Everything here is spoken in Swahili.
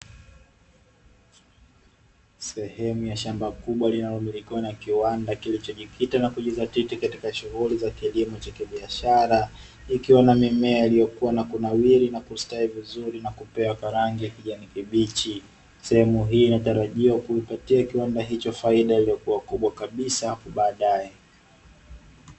Sehemu ya shamba kubwa linalomilikiwa na kiwanda kilichojikita na kujidhatiti katika shughuli za kilimo cha kibiashara, ikiwa na mimea iliyokuwa na kunawiri na kustawi vizuri na kupewa kwa rangi ya kijani kibichi, sehemu hii natarajiwa kuupatia kiwanda hicho faida iliyokuwa kubwa kabisa hapo baadae.